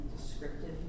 Descriptive